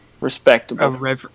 respectable